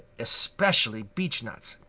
especially beechnuts.